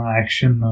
action